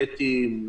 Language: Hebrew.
אתיים,